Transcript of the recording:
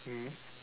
mm